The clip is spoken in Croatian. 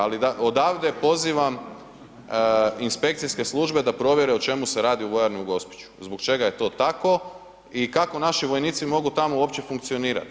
Ali odavde pozivam inspekcijske službe da provjere o čemu se radi u vojarni u Gospiću, zbog čega je to tako i kako naši vojnici mogu tamo uopće funkcionirati.